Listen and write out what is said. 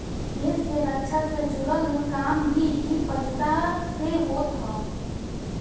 देस के रक्षा से जुड़ल काम भी इ पईसा से होत हअ